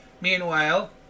Meanwhile